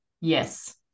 yes